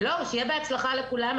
שיהיה בהצלחה לכולם.